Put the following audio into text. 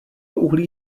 uhlí